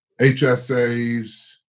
HSAs